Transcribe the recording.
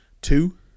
Two